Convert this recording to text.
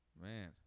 Man